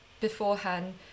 beforehand